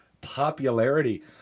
popularity